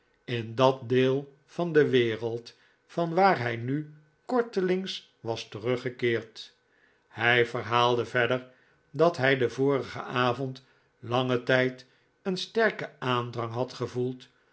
in dat deel van de wereld van waar hij nu kortelings was teruggekeerd hij verhaalde verder dat hij den vorigen avond langen tfld een sterken aandrang had gevoeld